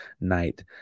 night